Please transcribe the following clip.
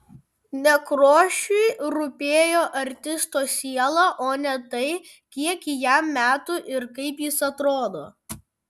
nekrošiui rūpėjo artisto siela o ne tai kiek jam metų ir kaip jis atrodo